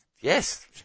Yes